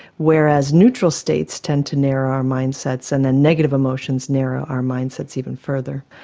whereas neutral states tend to narrow our mindsets and then negative emotions narrow our mindsets even further,